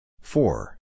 Four